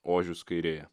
ožius kairėje